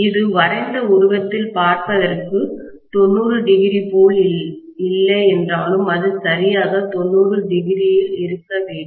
இது வரைந்த உருவத்தில் பார்ப்பதற்கு 900 போல் இல்லை என்றாலும் அது சரியாக 900இருக்க வேண்டும்